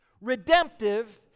Redemptive